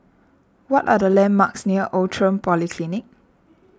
what are the landmarks near Outram Polyclinic